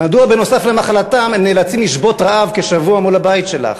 מדוע בנוסף למחלתם הם נאלצים לשבות רעב כשבוע מול הבית שלך?